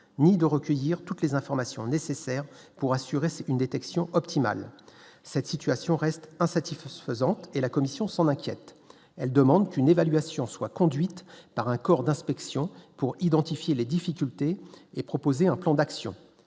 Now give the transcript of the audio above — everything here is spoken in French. ni de recueillir toutes les informations nécessaires pour assurer, c'est qu'une détection optimale cette situation reste insatisfaisante et la Commission s'en inquiète, elle demande qu'une évaluation soit conduite par un corps d'inspection pour identifier les difficultés et proposer un plan d'action,